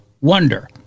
wonder